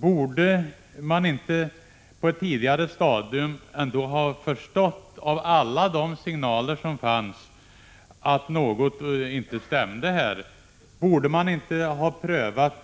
Borde man ändå inte på ett tidigare stadium ha förstått av alla de signaler som gavs att det var någonting som inte stämde? Borde man inte ha prövat